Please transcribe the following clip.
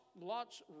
Lot's